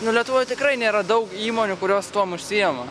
nu lietuvoj tikrai nėra daug įmonių kurios tuom užsiima